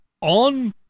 on